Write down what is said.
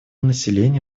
населения